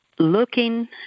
Looking